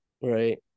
right